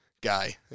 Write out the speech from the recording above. guy